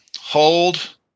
hold